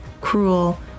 cruel